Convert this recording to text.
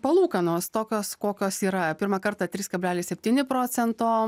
palūkanos tokios kokios yra pirmą kartą trys kablelis septyni procento